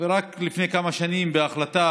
ורק לפני כמה שנים, בהחלטה